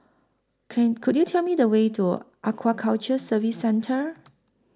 Can Could YOU Tell Me The Way to Aquaculture Services Centre